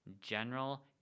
General